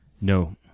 no